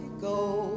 go